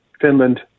Finland